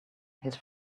his